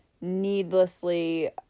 needlessly